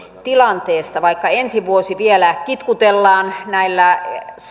tilanteesta vaikka ensi vuosi vielä kitkutellaan näillä